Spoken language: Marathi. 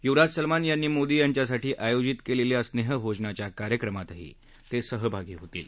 युवराज सलमान यांनी मोदी यांच्यासाठी आयोजित केलेल्या स्नेह भोजनाच्या कार्यक्रमातही ते सहभागी होतील